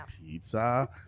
pizza